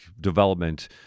development